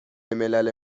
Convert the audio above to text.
ملل